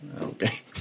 okay